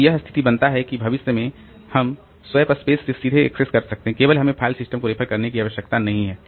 तो यह स्थिति बनाता है कि भविष्य में हम स्वैप स्पेस से सीधे एक्सेस कर सकते हैं केवल हमें फाइल सिस्टम को रेफर करने की आवश्यकता नहीं है